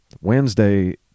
Wednesday